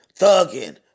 thugging